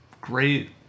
great